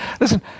Listen